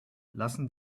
lassen